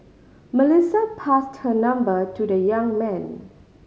Melissa passed her number to the young man